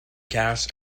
gas